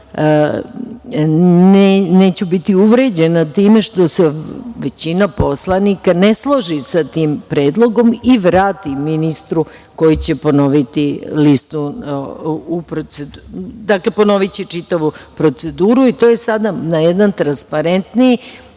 Neću biti uvređena time što se većina poslanika ne složi sa tim predlogom i vrati ministru koji će ponoviti čitavu proceduru. To je sada na jedan transparentniji,